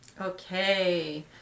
Okay